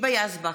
היבה יזבק,